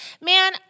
man